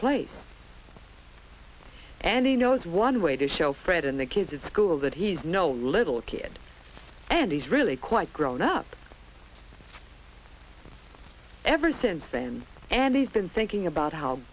place and he knows one way to show fred and the kids at school that he's no little kid and he's really quite grown up ever since then and he's been thinking about how